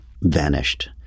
vanished